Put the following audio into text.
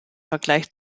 vergleich